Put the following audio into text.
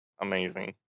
amazing